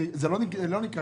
היא לא הגדרה